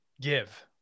give